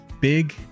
Big